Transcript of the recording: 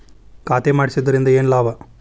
ಖಾತೆ ಮಾಡಿಸಿದ್ದರಿಂದ ಏನು ಲಾಭ?